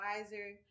wiser